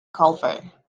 golfer